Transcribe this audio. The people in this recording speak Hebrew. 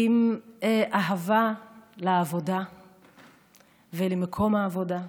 עם אהבה לעבודה ולמקום העבודה,